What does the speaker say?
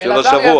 של השבוע.